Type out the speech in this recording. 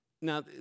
Now